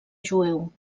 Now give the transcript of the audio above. jueu